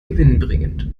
gewinnbringend